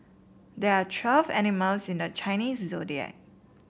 there are twelve animals in the Chinese Zodiac